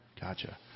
Gotcha